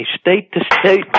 state-to-state